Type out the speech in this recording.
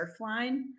Surfline